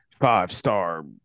five-star